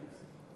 בת-קיימא.